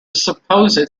supposed